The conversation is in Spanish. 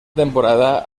temporada